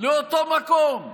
לאותו מקום.